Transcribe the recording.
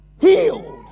healed